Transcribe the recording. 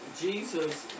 Jesus